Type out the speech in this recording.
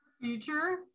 Future